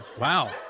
wow